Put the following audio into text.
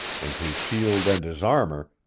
and his shield and his armor,